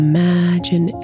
Imagine